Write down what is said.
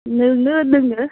नोंनो होनदों नो